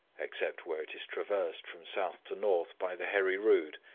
except where it is traversed from south to north by the heri-rood,